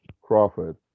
Crawford